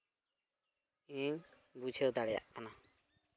ᱤᱧ ᱵᱩᱡᱷᱟᱹᱣ ᱫᱟᱲᱮᱭᱟᱜ ᱠᱟᱱᱟ